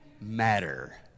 matter